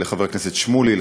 לחבר הכנסת שמולי,